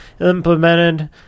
implemented